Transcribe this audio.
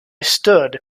stood